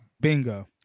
Bingo